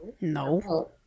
No